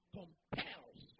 compels